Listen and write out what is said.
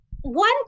one